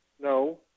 No